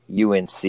UNC